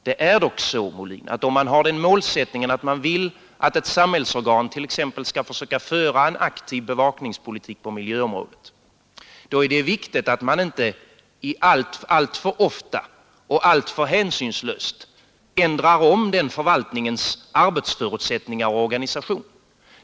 Det är dock så, herr Molin, att om man har den målsättningen att ett samhällsorgan t.ex. skall försöka föra en aktiv bevakningspolitik på miljöområdet, så är det viktigt att man inte alltför ofta rubbar den förvaltningens arbetsförutsättningar och organisation.